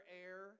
air